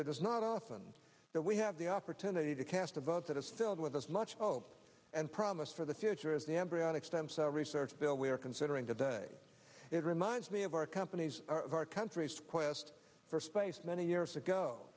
but it is not often that we have the opportunity to cast a vote that is filled with as much hope and promise for the future as the embryonic stem cell research bill we are considering today it reminds me of our companies our country's quest for space many years ago